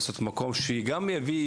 לעשות מקום שגם יביא,